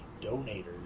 donators